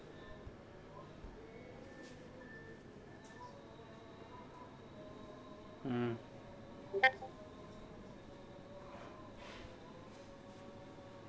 mm